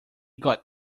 got